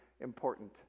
important